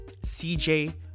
CJ